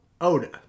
Oda